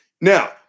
Now